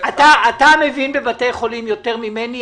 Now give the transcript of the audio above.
אתה מבין בבתי חולים יותר ממני,